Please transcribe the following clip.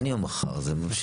אין יום מחר, זה ממשיך.